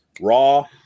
Raw